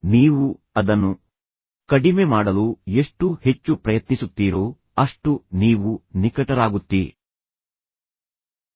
ನೀವು ಅದನ್ನು ಕಡಿಮೆ ಮಾಡಲು ಎಷ್ಟು ಹೆಚ್ಚು ಪ್ರಯತ್ನಿಸುತ್ತೀರೋ ಅಷ್ಟು ನೀವು ನಿಕಟರಾಗುತ್ತೀರಿ